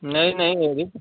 नहीं नहीं